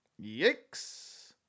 Yikes